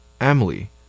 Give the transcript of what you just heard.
Emily